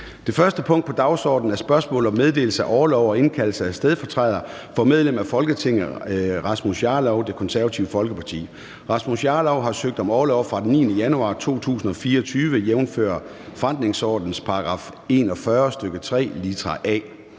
Det første punkt på dagsordenen er: 1) Spørgsmål om meddelelse af orlov til og indkaldelse af stedfortræder for medlem af Folketinget Rasmus Jarlov (KF). Kl. 13:01 Formanden (Søren Gade): Medlem af Folketinget Rasmus Jarlov (KF) har søgt om orlov fra den 9. januar 2024, jævnfør forretningsordenens § 41, stk. 3, litra a.